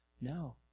no